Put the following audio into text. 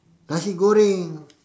nasi-goreng